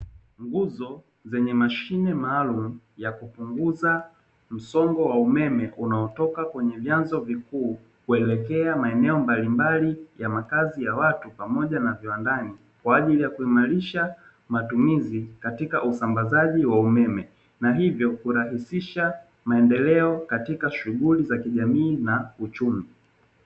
Nguzo zenye mashine maalumu ya kupunguza msongo wa umeme unaotoka kwenye vyanzo vikuu, kuelekea maeneo mbalimbali ya makazi ya watu, pamoja na viwandani; kwa ajili ya kuimarisha matumizi katika usambazaji wa umeme, na hivyo kurahisisha maendeleo katika shughuli za kijamii na uchumi.